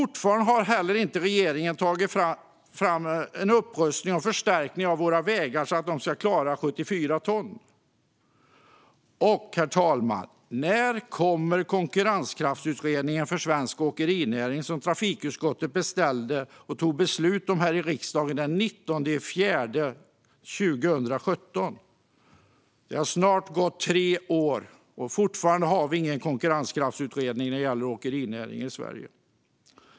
Regeringen har fortfarande inte tagit tag i en upprustning och förstärkning av våra vägar så att de kan klara 74 ton. Herr talman! När kommer konkurrenskraftsutredningen i fråga om svensk åkerinäring, som trafikutskottet beställde? Vi tog beslut om den här i riksdagen den 19 april 2017? Det har snart gått tre år, och fortfarande har vi ingen konkurrenskraftsutredning när det gäller åkerinäringen i Sverige.